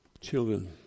Children